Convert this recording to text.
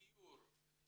דיור,